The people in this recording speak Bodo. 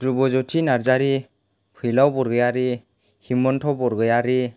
ध्रुबज्यति नार्जारि फैलाव बरगयारि हिमन्त बरगयारि